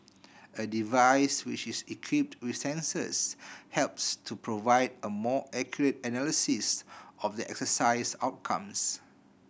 a device which is equipped with sensors helps to provide a more accurate analysis of the exercise outcomes